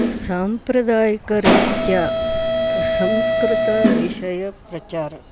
साम्प्रदायिकरीत्या संस्कृतविषयप्रचारः